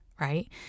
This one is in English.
right